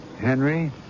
Henry